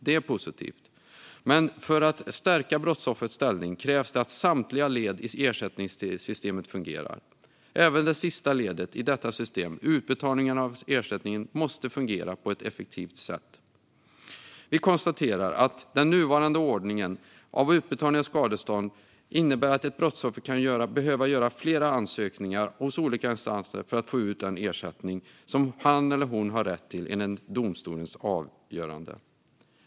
Detta är positivt. Men för att stärka brottsoffers ställning krävs det att samtliga led i ersättningssystemet fungerar. Även det sista ledet i detta system, utbetalningen av ersättningen, måste fungera på ett effektivt sätt. Vi konstaterar att den nuvarande ordningen för utbetalning av skadestånd innebär att ett brottsoffer kan behöva göra flera ansökningar hos olika instanser för att få ut den ersättning som han eller hon har rätt till enligt domstolens avgörande.